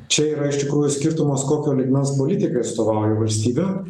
čia yra iš tikrųjų skirtumas kokio lygmens politikai atstovauja valstybę